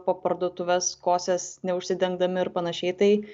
po parduotuves kosės neužsidengdami ir panašiai tai